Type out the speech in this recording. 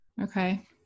Okay